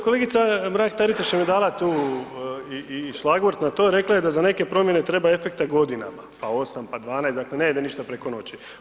Kolega Mrak-Taritaš mi je dala tu i šlagvort na to, rekla je da za neke promjene treba efekta godina, pa 8, pa 12, dakle ne ide ništa preko noći.